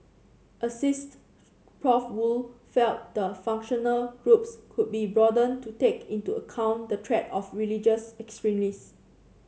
asst Professor Woo felt the functional groups could be broadened to take into account the threat of religious